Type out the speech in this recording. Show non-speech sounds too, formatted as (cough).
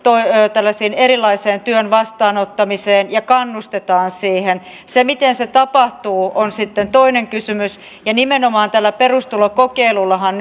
tällaiseen erilaiseen työn vastaanottamiseen ja kannustetaan siihen se miten se tapahtuu on sitten toinen kysymys ja nimenomaan tällä perustulokokeilullahan (unintelligible)